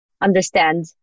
understand